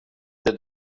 det